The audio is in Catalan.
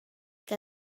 que